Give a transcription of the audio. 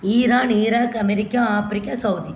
Iran Iraq America Africa Saudi